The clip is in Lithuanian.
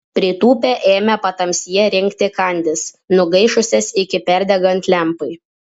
pritūpę ėmė patamsyje rinkti kandis nugaišusias iki perdegant lempai